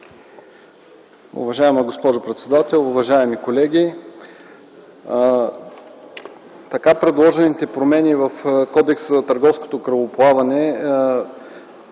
Уважаема госпожо председател, уважаеми колеги! Предложените промени в Кодекса на търговското корабоплаване